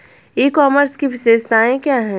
ई commerce की विशेषताएं क्या हैं?